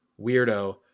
weirdo